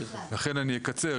לכן אני אקצר,